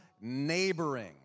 neighboring